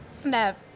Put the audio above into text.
Snap